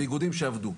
ואיגודים שעבדו.